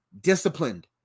disciplined